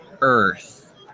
earth